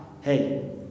hey